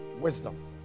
wisdom